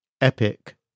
Epic